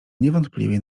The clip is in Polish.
niewątpliwie